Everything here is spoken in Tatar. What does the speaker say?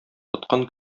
тоткан